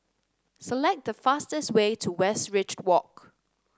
select the fastest way to Westridge Walk